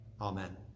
Amen